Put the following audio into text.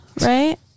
right